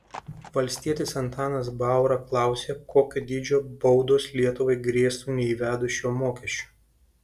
valstietis antanas baura klausė kokio dydžio baudos lietuvai grėstų neįvedus šio mokesčio